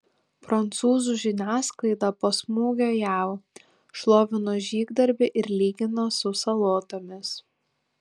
prancūzų žiniasklaida po smūgio jav šlovino žygdarbį ir lygino su salotomis